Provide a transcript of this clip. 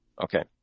Okay